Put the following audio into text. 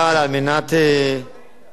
אם יהיה צורך,